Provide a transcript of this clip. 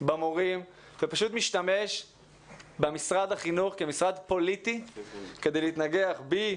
במורים ופשוט משתמש במשרד החינוך כמשרד פוליטי כדי להתנגח בי,